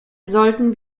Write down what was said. sollten